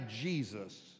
Jesus